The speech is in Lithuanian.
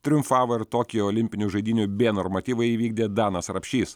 triumfavo ir tokijo olimpinių žaidynių b normatyvą įvykdė danas rapšys